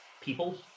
people